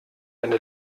eine